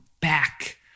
back